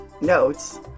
notes